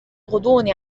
غضون